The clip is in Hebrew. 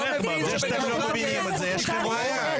זה שאתם לא מבינים את זה יש לכם בעיה.